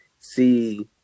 see